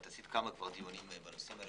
עשינו כמה דיונים בנושאים הללו,